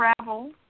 travel